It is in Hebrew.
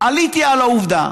עליתי על העובדה